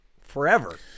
Forever